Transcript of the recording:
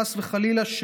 חס וחלילה,